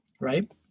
right